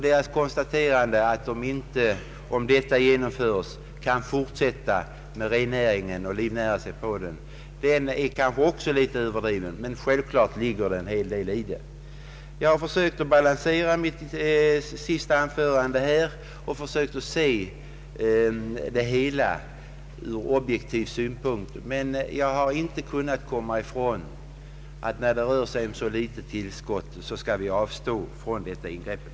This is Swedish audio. Deras konstaterande att de inte kan fortsätta med rennäringen och livnära sig av den om detta projekt skall genomföras är kanske litet överdrivet, men självklart ligger det något i det. Jag har försökt balansera mitt sista anförande här och försökt att se det hela ur objektiv synpunkt. Jag kan dock inte komma ifrån att vi bör avstå från detta ingrepp, eftersom det rör sig om ett så litet tillskott till vårt kraftbehov.